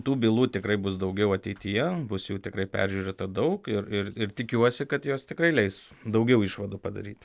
tų bylų tikrai bus daugiau ateityje bus jau tikrai peržiūrėta daug ir ir ir tikiuosi kad jos tikrai leis daugiau išvadų padaryt